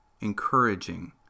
encouraging